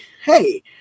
hey